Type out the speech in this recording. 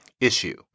issue